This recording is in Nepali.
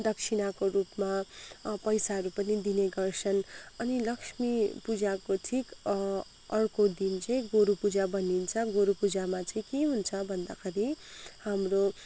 दक्षिणाको रूपमा पैसाहरू पनि दिने गर्छन अनि लक्ष्मी पूजाको ठिक अर्को दिन चाहिँ गोरु पूजा भनिन्छ गोरु पूजामा चाहिँ के हुन्छ भन्दाखेरि हाम्रो